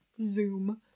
Zoom